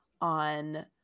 on